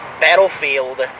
Battlefield